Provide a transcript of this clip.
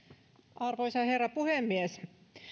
arvoisa herra puhemies